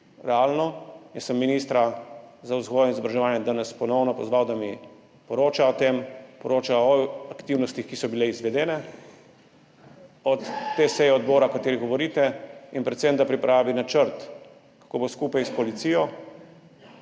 realno. Jaz sem ministra za vzgojo in izobraževanje danes ponovno pozval, da mi poroča o tem, poroča o aktivnostih, ki so bile izvedene od te seje odbora, o kateri govorite, in predvsem, da pripravi načrt, kako se bomo skupaj s policijo